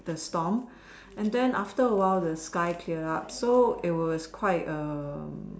the storm and then after a while the sky cleared up so it was quite A